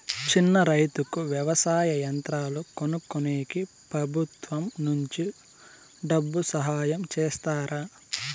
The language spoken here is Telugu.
చిన్న రైతుకు వ్యవసాయ యంత్రాలు కొనుక్కునేకి ప్రభుత్వం నుంచి డబ్బు సహాయం చేస్తారా?